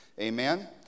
Amen